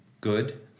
good